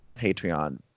Patreon